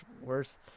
worse